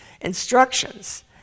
instructions